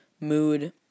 mood